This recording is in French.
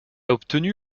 obtenu